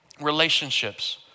relationships